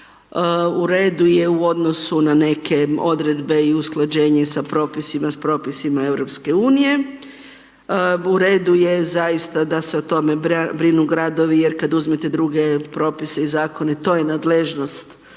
U redu je u odnosu na neke Odredbe i usklađenje s propisima EU, u redu je zaista da se o tome brinu gradovi jer kad uzmete druge Propise i Zakone, to je nadležnost,